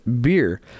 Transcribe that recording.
beer